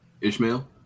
Ishmael